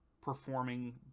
performing